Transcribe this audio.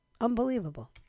Unbelievable